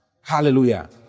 Hallelujah